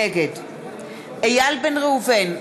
נגד איל בן ראובן,